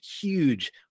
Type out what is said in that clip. huge